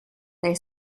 they